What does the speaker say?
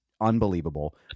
unbelievable